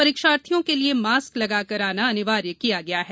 परीक्षार्थियों के लिये मास्क लगाकर आना अनिवार्य किया गया है